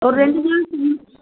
ஒரு ரெண்டு நாள்